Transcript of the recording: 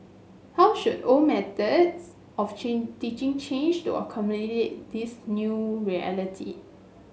how should old methods of teaching change to accommodate this new reality